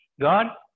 God